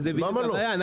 אבל זו בדיוק הבעיה.